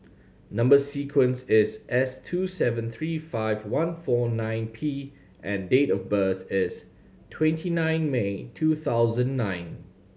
number sequence is S two seven three five one four nine P and date of birth is twenty nine May two thousand nine